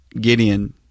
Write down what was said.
Gideon